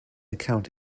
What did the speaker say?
account